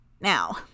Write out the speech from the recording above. now